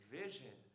vision